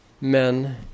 men